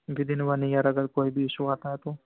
with in one year اگر کوئی بھی ایشو آتا ہے تو